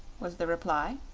was the reply.